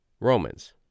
Romans